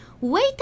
wait